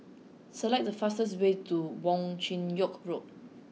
select the fastest way to Wong Chin Yoke Road